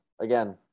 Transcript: again